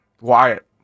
Wyatt